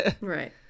right